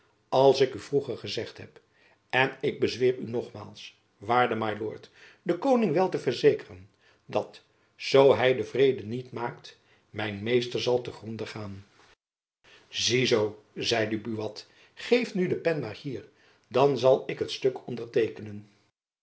als ik u vroeger gezegd heb en ik bezweer u nogmaals waarde my lord den koning wel te verzekeren dat zoo hy den vrede niet maakt mijn meester zal te gronde gaan zie zoo zeide buatr geef nu de pen maar hier dan zal ik het stuk onderteekenen